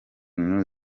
new